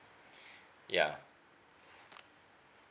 ya